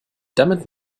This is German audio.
damit